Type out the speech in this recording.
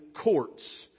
courts